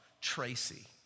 Tracy